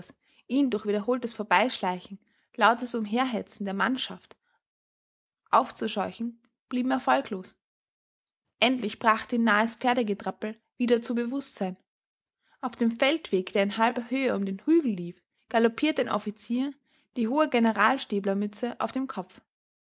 ihn durch wiederholtes vorbeischleichen lautes umherhetzen der mannschaft aufzuscheuchen blieben erfolglos endlich brachte ihn nahes pferdegetrappel wieder zu bewußtsein auf dem feldweg der in halber höhe um den hügel lief galoppierte ein offizier die hohe generalstäblermütze auf dem kopf